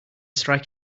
strike